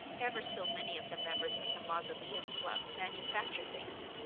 ever so many of the members of the mausoleum club manufacture things,